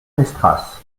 mestras